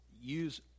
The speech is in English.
use